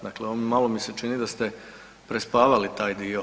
Dakle, malo mi se čini da ste prespavali taj dio.